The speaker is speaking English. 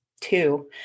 two